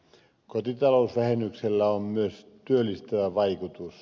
kotitalousvähennyksellä on myös työllistävä vaikutus